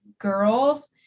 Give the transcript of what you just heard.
girls